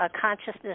consciousness